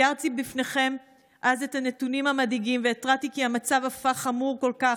תיארתי בפניכם אז את הנתונים המדאיגים והתרעתי כי המצב הפך חמור כל כך,